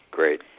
Great